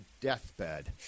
deathbed